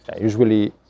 Usually